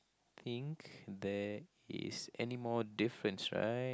think there is anymore difference right